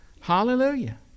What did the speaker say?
Hallelujah